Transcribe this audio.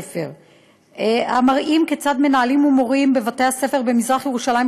המראים כיצד מנהלים ומורים בבתי-הספר במזרח-ירושלים,